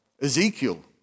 Ezekiel